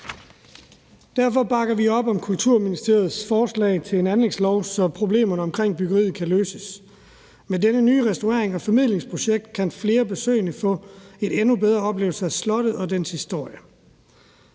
Derfor bakker vi op om kulturministerens forslag til en anlægslov, så problemerne omkring byggeriet kan løses. Med dette nye restaurerings- og formidlingsprojekt kan flere besøgende få en endnu bedre oplevelse af slottet og dets historie.